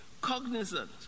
cognizant